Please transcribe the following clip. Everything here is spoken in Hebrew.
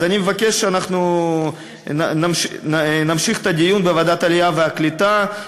אז אני מבקש שאנחנו נמשיך את הדיון בוועדת העלייה והקליטה,